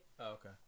Okay